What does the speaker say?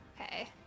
Okay